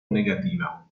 negativa